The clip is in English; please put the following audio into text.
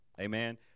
Amen